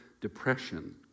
depression